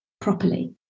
properly